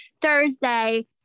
Thursday